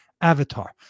avatar